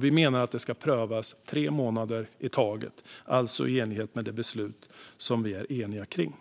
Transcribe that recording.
Vi menar att det ska prövas tre månader i taget, alltså i enlighet med det beslut som vi är eniga om.